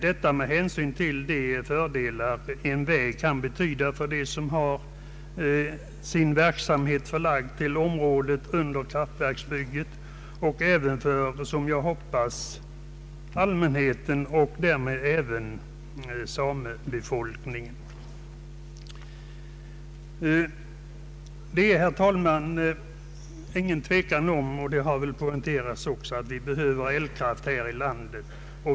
Hänsyn bör tas till de fördelar en väg kan betyda för dem som har sin verksamhet förlagd till området under kraftverksbygget och även för, som jag hoppas, allmänheten och samebefolkningen. Herr talman! Det råder ingen tvekan om att vi behöver elkraft här i landet.